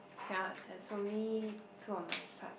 ya there's only two on my side